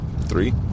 three